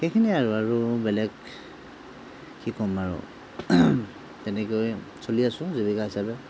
সেইখিনিয়েই আৰু আৰু বেলেগ কি কম আৰু তেনেকৈয়ে চলি আছোঁ জীৱিকা হিচাপে